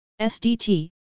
SDT